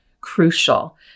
crucial